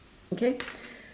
okay